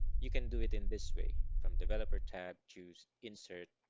you can do it in this way. from developer tab choose insert,